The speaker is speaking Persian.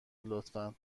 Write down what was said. لطفا